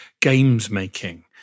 games-making